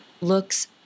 looks